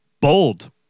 bold